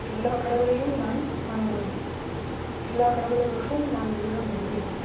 எல்லாக்கடவுளையும் நான் வாங்குவேன் எல்லாக்கடவுள்களுக்கும் நான் விரதம் இருப்பேன்